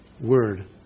Word